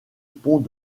pont